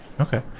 Okay